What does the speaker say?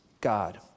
God